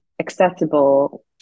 accessible